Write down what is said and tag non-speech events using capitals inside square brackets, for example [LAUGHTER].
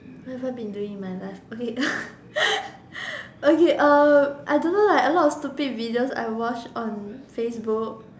what have I been doing in my life okay [LAUGHS] okay um I don't know like a lot of stupid videos I watch on Facebook